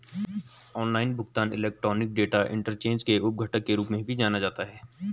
online भुगतान electronic data interchange के उप घटक के रूप में भी जाना जाता है